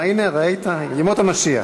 הנה, ראית, ימות המשיח.